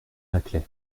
laclais